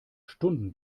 stunden